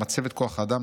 מצבת כוח האדם,